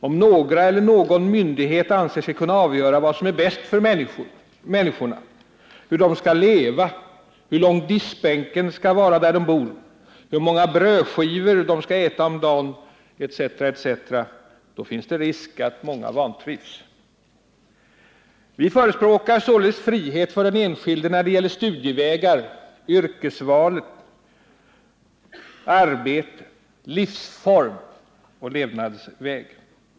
Om någon eller några myndigheter anser sig kunna avgöra vad som är bäst för människorna, hur de skall leva, hur lång diskbänken skall vara där de bor, hur många brödskivor de skall äta om dagen etc., då finns det risk för att många vantrivs. Vi förespråkar sålunda frihet för den enskilde när det gäller studievägar, yrkesval, arbete, livsform och levnadsväg.